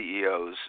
ceos